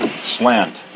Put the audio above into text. slant